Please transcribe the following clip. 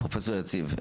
פרופ' יציב,